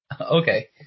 Okay